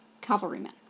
cavalrymen